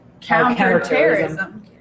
counter-terrorism